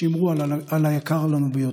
שמרו על היקר לנו ביותר.